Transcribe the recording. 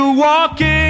walking